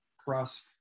trust